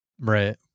Right